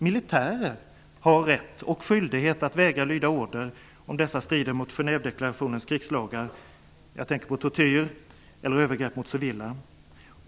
Militärer har både rätt och skyldighet att vägra lyda order om dessa strider mot Genèvedeklarationens krigslagar. Jag tänker på tortyr eller övergrepp mot civila.